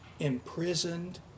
imprisoned